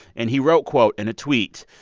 and he wrote, quote, in a tweet,